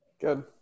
Good